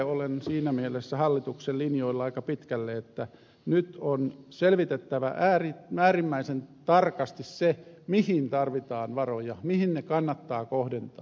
olen siinä mielessä hallituksen linjoilla aika pitkälle että nyt on selvitettävä äärimmäisen tarkasti se mihin tarvitaan varoja mihin ne kannattaa kohdentaa